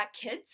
kids